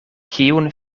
kiun